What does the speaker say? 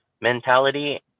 mentality